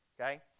okay